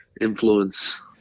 influence